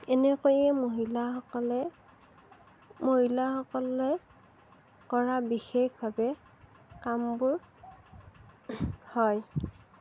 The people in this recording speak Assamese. এনেকৈয়ে মহিলাসকলে মহিলাসকলে কৰা বিশেষভাৱে কামবোৰ হয়